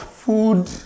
food